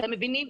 אתם מבינים?